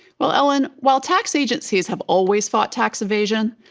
well ellen, while tax agencies have always fought tax evasion,